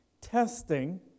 Testing